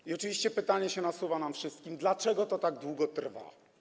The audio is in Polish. I oczywiście pytanie się nasuwa nam wszystkim: Dlaczego to tak długo trwa?